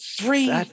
Three